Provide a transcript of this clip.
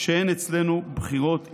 שאין אצלנו בחירות אישיות.